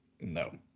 no